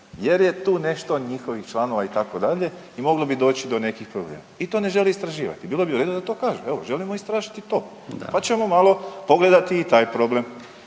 jer je tu nešto njihovih članova itd. i moglo bi doći do nekih problema i to ne žele istraživati. I bilo bi u redu da to kažu, evo želimo istražiti i to, pa ćemo malo pogledati i taj problem.